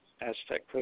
Aztec